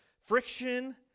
friction